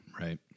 right